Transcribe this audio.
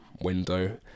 window